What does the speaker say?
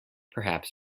perhaps